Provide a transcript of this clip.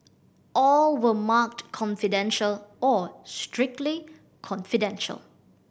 all were marked confidential or strictly confidential